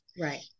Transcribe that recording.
Right